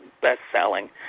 best-selling